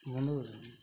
বন্ধ করে দিবি